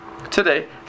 today